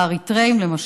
האריתריאים למשל.